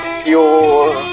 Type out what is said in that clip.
pure